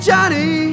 Johnny